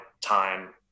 time